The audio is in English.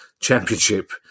championship